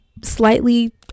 slightly